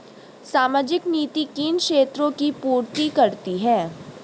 सामाजिक नीति किन क्षेत्रों की पूर्ति करती है?